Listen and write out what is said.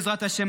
בעזרת השם,